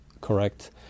Correct